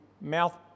mouth